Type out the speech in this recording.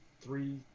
three